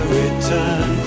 return